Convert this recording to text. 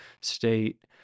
state